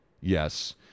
Yes